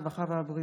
הרווחה והבריאות.